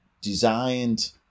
designed